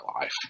life